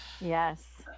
yes